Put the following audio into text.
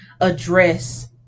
address